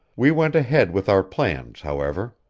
we went ahead with our plans, however.